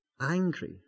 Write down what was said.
angry